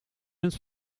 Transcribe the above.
het